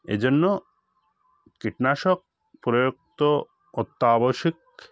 এই জন্য কীটনাশক প্রয়োগ তো অত্যাবশ্যক